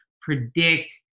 predict